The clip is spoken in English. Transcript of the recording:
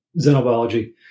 Xenobiology